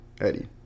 Eddie